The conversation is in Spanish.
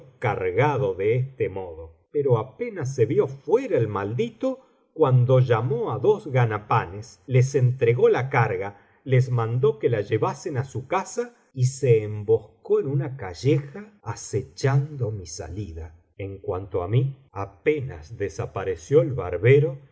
cargado de este modo pero apenas se vio fuera el maldito cuando llamó á dos ganapanes les entregó la carga les mandó que la llevasen á su casa y se emboscó en una calleja acechando mi salida en cuanto á mí apenas desapareció el barbero